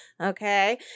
okay